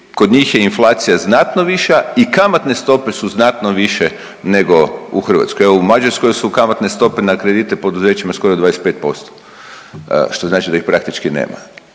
kod njih je inflacija znatno viša i kamatne stope su znatno više nego u Hrvatskoj. Evo u Mađarskoj su kamatne stope na kredite poduzećima skoro 25% što znači da ih praktički nema.